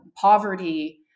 poverty